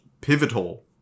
pivotal